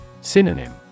Synonym